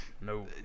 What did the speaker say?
No